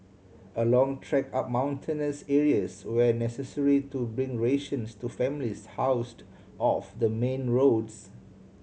a long trek up mountainous areas were necessary to bring rations to families housed off the main roads